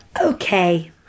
Okay